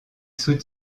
sous